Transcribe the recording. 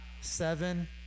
seven